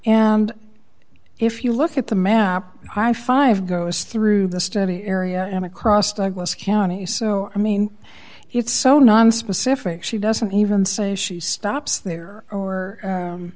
and if you look at the map high five goes through the study area and across douglas county so i mean it's so nonspecific she doesn't even say she stops there or